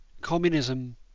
communism